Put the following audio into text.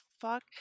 fuck